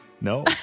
No